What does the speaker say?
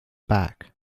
back